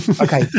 Okay